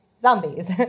zombies